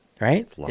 Right